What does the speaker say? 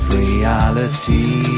reality